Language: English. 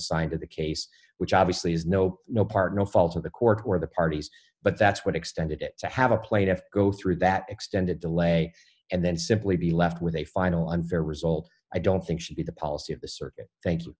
assigned to the case which obviously has no no part no fault of the court where the parties but that's what extended it to have a plaintiff go through that extended delay and then simply be left with a final unfair result i don't think should be the policy of the circuit thank you